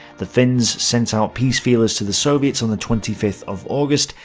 the finns sent out peace feelers to the soviets on the twenty fifth of august,